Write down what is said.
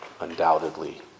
undoubtedly